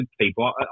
people